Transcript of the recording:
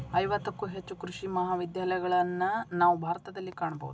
ಐವತ್ತಕ್ಕೂ ಹೆಚ್ಚು ಕೃಷಿ ಮಹಾವಿದ್ಯಾಲಯಗಳನ್ನಾ ನಾವು ಭಾರತದಲ್ಲಿ ಕಾಣಬಹುದು